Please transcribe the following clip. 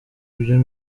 ibyo